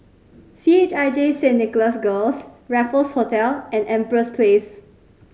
C H I J Saint Nicholas Girls Raffles Hotel and Empress Place